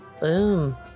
Boom